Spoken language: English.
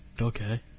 Okay